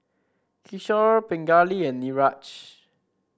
Kishore Pingali and Niraj